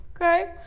Okay